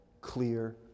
clear